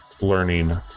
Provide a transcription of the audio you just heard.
learning